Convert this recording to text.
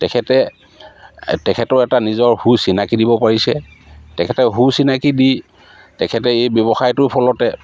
তেখেতে তেখেতৰ এটা নিজৰ সুচিনাকি দিব পাৰিছে তেখেতে সুচিনাকি দি তেখেতে এই ব্যৱসায়টোৰ ফলতে